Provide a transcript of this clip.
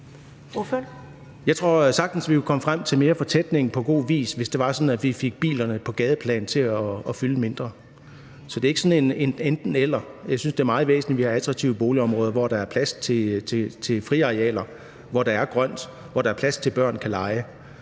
Jeg tror sagtens, vi kunne komme frem til mere fortætning på god vis, hvis det var sådan, at vi fik bilerne på gadeplan til at fylde mindre. Så det er ikke sådan enten-eller. Jeg synes, det er meget væsentligt, at vi har attraktive boligområder, hvor der er plads til friarealer, hvor der er grønt, hvor der er plads til, at børn kan lege,